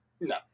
No